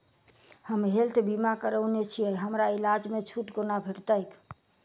हम हेल्थ बीमा करौने छीयै हमरा इलाज मे छुट कोना भेटतैक?